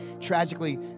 tragically